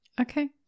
Okay